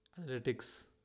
analytics